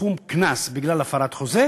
סכום קנס בגלל הפרת חוזה,